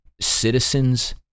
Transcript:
citizens